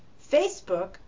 facebook